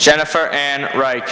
jennifer and right